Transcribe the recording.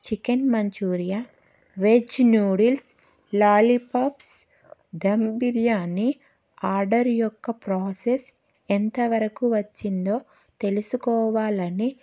chicken Manchuria veg noodles lollipops dum biryani order యొక్క process ఎంతవరకు వచ్చిందో తెలుసుకోవాలని